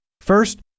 First